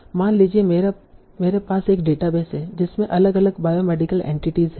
मान लीजिए मेरे पास एक डेटाबेस है जिसमे अलग अलग बायोमेडिकल एंटिटीस हैं